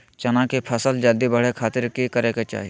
चना की फसल जल्दी बड़े खातिर की करे के चाही?